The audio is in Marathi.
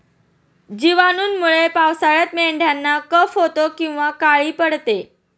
जिवाणूंमुळे पावसाळ्यात मेंढ्यांना कफ होतो किंवा काळी पडते